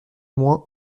moins